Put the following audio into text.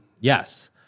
Yes